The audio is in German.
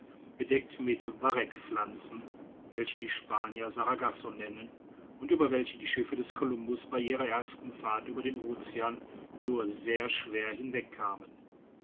bedeckt mit varecpflanzen welche die spanier sargasso nennen und über welche die schiffe des columbus bei ihrer ersten fahrt über den ocean nur sehr schwer